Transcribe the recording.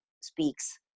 speaks